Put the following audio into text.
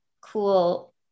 cool